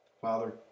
Father